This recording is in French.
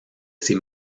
ces